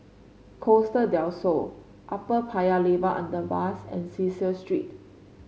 Costa Del Sol Upper Paya Lebar Underpass and Cecil Street